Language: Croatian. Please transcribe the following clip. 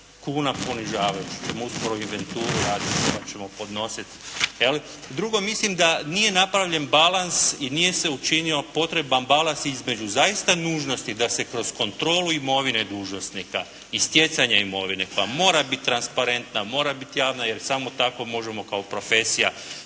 kuna ponižavajuća, pa ćemo uskoro inventuru raditi … /Govornik se ne razumije./ … Drugo, mislim da nije napravljen balans i nije se učinio potreban balans između zaista nužnosti da se kroz kontrolu imovine dužnosnika i stjecanje imovine, pa mora biti transparenta, mora biti javna jer samo tako možemo kao profesija